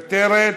מוותרת,